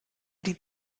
die